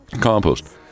compost